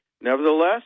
Nevertheless